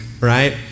right